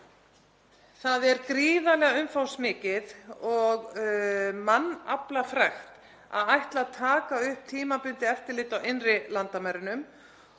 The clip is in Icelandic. Það er gríðarlega umfangsmikið og mannaflafrekt að ætla að taka upp tímabundið eftirlit á innri landamærunum